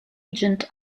agent